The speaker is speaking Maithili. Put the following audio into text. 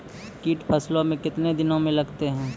कीट फसलों मे कितने दिनों मे लगते हैं?